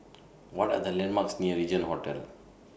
What Are The landmarks near Regin Hotel